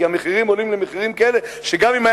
כי המחירים עולים למחירים כאלה שגם אם הוא